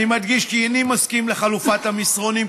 אני מדגיש כי איני מסכים לחלופת המסרונים,